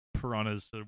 piranhas